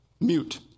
mute